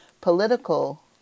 political